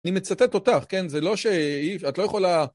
אני מצטט אותך, כן? זה לא ש... את לא יכולה...